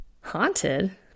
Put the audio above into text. Haunted